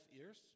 ears